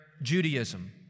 Judaism